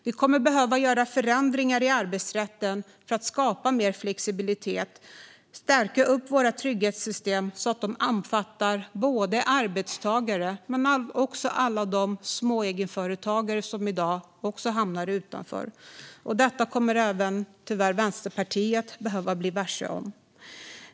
Vi kommer att behöva göra förändringar i arbetsrätten för att skapa mer flexibilitet och stärka våra trygghetssystem så att de omfattar både arbetstagare och alla små egenföretagare som i dag hamnar utanför. Detta kommer tyvärr även Vänsterpartiet att behöva bli varse.